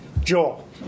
Joel